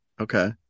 Okay